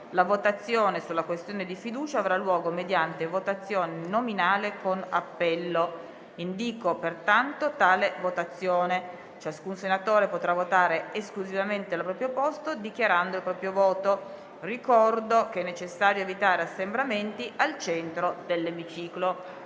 la votazione sulla questione di fiducia avrà luogo mediante votazione nominale con appello. Ciascun senatore voterà dal proprio posto, dichiarando il proprio voto. Ricordo che è necessario evitare assembramenti al centro dell'emiciclo.